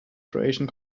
croatian